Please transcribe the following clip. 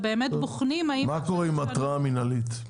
מה קורה עם התראה מינהלית?